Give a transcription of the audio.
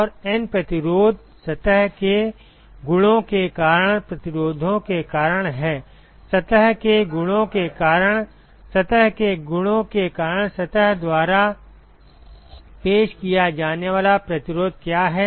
और N प्रतिरोध सतह के गुणों के कारण प्रतिरोधों के कारण हैंसतह के गुणों के कारण सतह के गुणों के कारण सतह द्वारा पेश किया जाने वाला प्रतिरोध क्या है